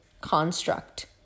construct